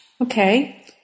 Okay